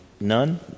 none